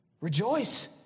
rejoice